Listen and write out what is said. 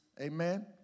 Amen